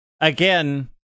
again